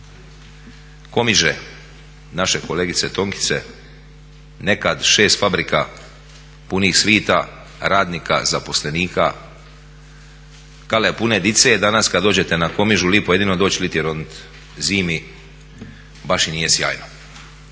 Komiže, naše kolegice Tonkice nekad 6 fabrika punih svita, radnika, zaposlenika, kale pune dice. Danas kada dođete na Komižu lipo je jedino liti roniti, zimi baš i nije sjajno.